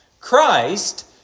Christ